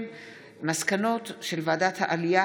מסקנות ועדת העלייה,